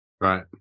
right